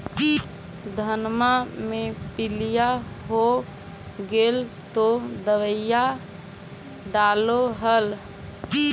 धनमा मे पीलिया हो गेल तो दबैया डालो हल?